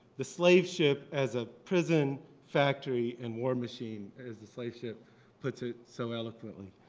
the slave ship as a prison factory and war machine, as the slave ship put it so eloquently.